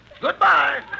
Goodbye